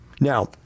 Now